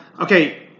Okay